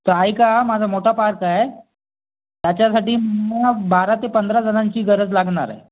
तर ऐका माझा मोठा पार्क आहे त्याच्यासाठी मोप बारा ते पंधरा जणांची गरज लागणार आहे